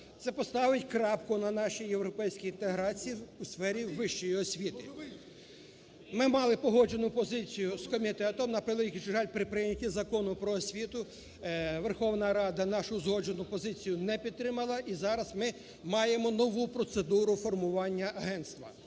це поставить крапку на нашій європейській інтеграції у сфері вищої освіти. Ми мали погоджену позицію з комітетом. На превеликий жаль, при прийнятті Закону "Про освіту" Верховна Рада нашу узгоджену позицію не підтримала і зараз ми маємо нову процедуру формування агентства.